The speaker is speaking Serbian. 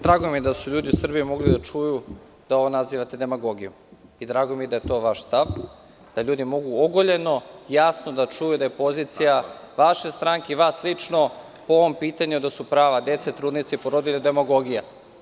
Drago mi je da su ljudi u Srbiji mogli da čuju da ovo nazivate demagogijom i drago mi je da je to vaš stav, da ljudi mogu ogoljeno, jasno da čuju da je pozicija vaše stranke i vas lično po ovom pitanju, da su prava dece, trudnica i porodilja demagogija.